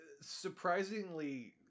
surprisingly